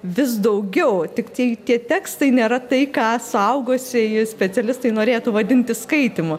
vis daugiau tiktai tie tekstai nėra tai ką suaugusieji specialistai norėtų vadinti skaitymu